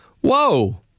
whoa